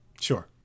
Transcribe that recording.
sure